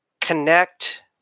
connect